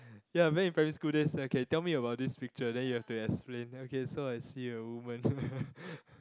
ya back in primary school days okay tell me about this picture then you have to explain okay so I see a woman